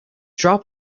drop